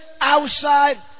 outside